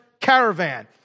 caravan